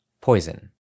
Poison